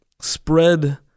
spread